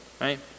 right